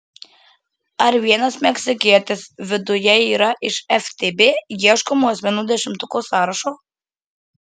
ar vienas meksikietis viduje yra iš ftb ieškomų asmenų dešimtuko sąrašo